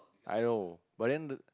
I know but then